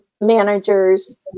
managers